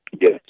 Yes